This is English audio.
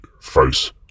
face